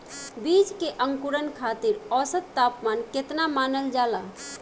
बीज के अंकुरण खातिर औसत तापमान केतना मानल जाला?